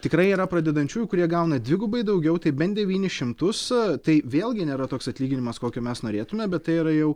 tikrai yra pradedančiųjų kurie gauna dvigubai daugiau tai bent devynis šimtus tai vėlgi nėra toks atlyginimas kokio mes norėtume bet tai yra jau